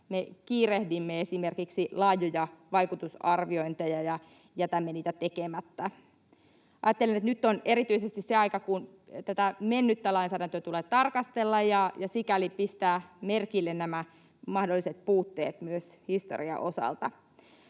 me kiirehdimme esimerkiksi laajoja vaikutusarviointeja ja jätämme niitä tekemättä. Ajattelen, että nyt on erityisesti se aika, kun tätä mennyttä lainsäädäntöä tulee tarkastella ja sikäli pistää merkille nämä mahdolliset puutteet myös historian osalta.